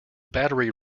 battery